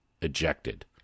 ejected